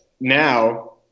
now